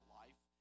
life